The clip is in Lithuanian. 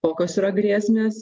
kokios yra grėsmės